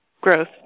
growth